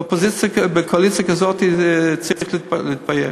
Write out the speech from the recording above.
בקואליציה כזו צריך להתבייש.